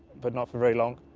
but not for very long.